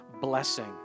blessing